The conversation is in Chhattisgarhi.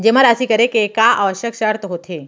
जेमा राशि करे के का आवश्यक शर्त होथे?